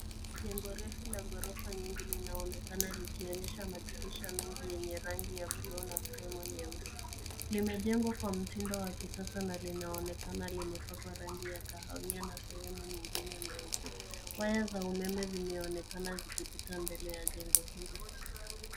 Jengo refu la ghorofa nyingi linaonekana, likionyesha madirisha mengi yenye rangi ya bluu na fremu nyeusi. Limejengwa kwa mtindo wa kisasa na linaonekana limepakwa rangi ya kahawia na sehemu nyingine nyeupe. Waya za umeme zimeonekana zikipita mbele ya jengo hilo.